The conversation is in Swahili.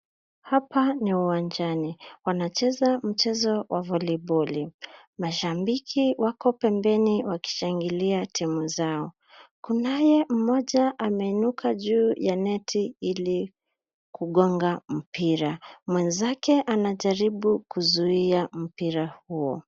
Hapa ni uwanjani. Wanacheza mchezo wa voliboli. Mashabiki wako pembeni wakishangilia timu zao. Kunaye mmoja ameinuka juu ya neti ili kugonga mpira. Mwenzake anajaribu kuzuia mpira huo.